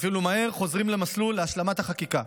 אפילו מהר, חוזרים למסלול להשלמת החקיקה.